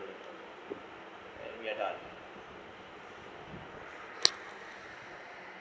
and we are done